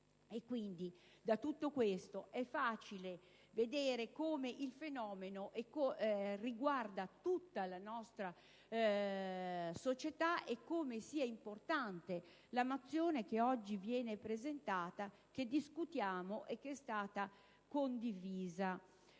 da tutto questo è facile vedere come il fenomeno riguarda tutta la nostra società e come sia importante la mozione che oggi discutiamo e che è stata condivisa